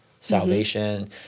salvation